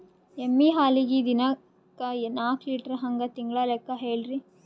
ಎಮ್ಮಿ ಹಾಲಿಗಿ ದಿನಕ್ಕ ನಾಕ ಲೀಟರ್ ಹಂಗ ತಿಂಗಳ ಲೆಕ್ಕ ಹೇಳ್ರಿ?